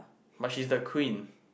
but she is the queen